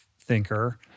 thinker